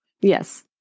Yes